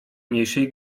mniejszej